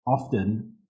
often